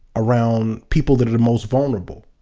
around people that are the most vulnerable.